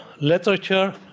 literature